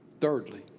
Thirdly